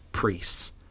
priests